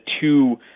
two